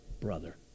brother